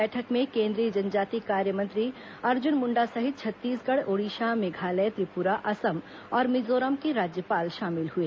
बैठक में केंद्रीय जनजातीय कार्य मंत्री अर्जुन मुण्डा सहित छत्तीसगढ़ ओडिशा मेघालय त्रिपुरा असम और मिजोरम के राज्यपाल शामिल हुए